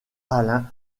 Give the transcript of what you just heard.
alain